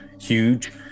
huge